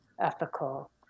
ethical